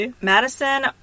Madison